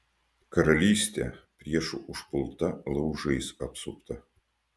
karalystė priešų užpulta laužais apsupta